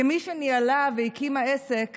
כמי שהקימה עסק